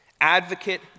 advocate